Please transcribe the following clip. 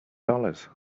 dollars